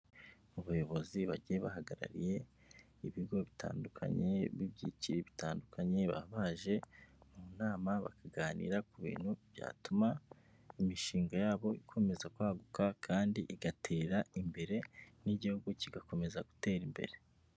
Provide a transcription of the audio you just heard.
Mu bayobozi bagiye bahagarariye ibigo bitandukanye b'ibyiciro bitandukanye baba baje mu nama bakaganira ku bintu byatuma imishinga yabo ikomeza kwaguka kandi igatera imbere n'igihugu kigakomeza gutera imbere.